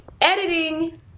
editing